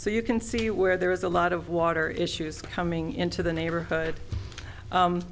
so you can see where there is a lot of water issues coming into the neighborhood